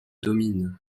dominent